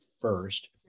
first